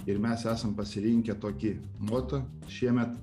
ir mes esam pasirinkę tokį moto šiemet